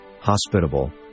hospitable